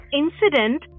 incident